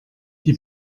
die